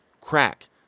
crack